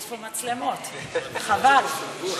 יש פה מצלמות, חבל.